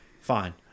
Fine